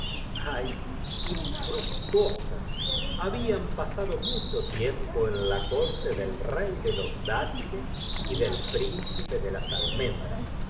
infructuosa habían pasndo mucho tiempo en la corte del rey de los dáti les y del príncipe de las almendras